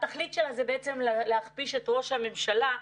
התכלית שלה היא בעצם להכפיש את ראש הממשלה.